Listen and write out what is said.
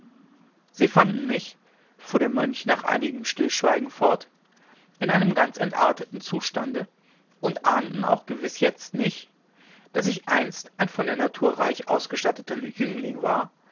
sie fanden mich fuhr der mönch nach einigem stillschweigen fort in einem ganz entarteten zustande und ahnden auch jetzt gewiß nicht daß ich einst ein von der natur reich ausgestatteter jüngling war